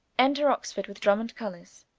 enter oxford, with drumme and colours.